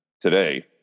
today